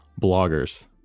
bloggers